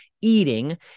eating